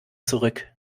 zurück